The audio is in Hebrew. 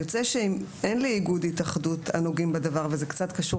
יוצא שאם אין איגוד או התאחדות הנוגעים בדבר וזה קצת קשור